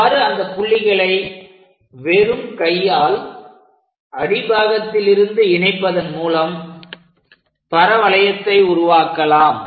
இவ்வாறு அந்த புள்ளிகளை வெறும் கையால் அடிப்பாகத்திலிருந்து இணைப்பதன் மூலம் பரவளையத்தை உருவாக்கலாம்